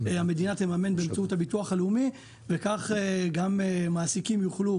המדינה תממן באמצעות הביטוח הלאומי וכך גם מעסיקים יוכלו